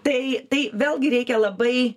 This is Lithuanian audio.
tai tai vėlgi reikia labai